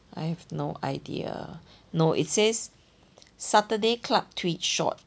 I have no idea no it says saturday club tweed short